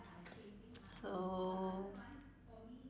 so